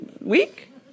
week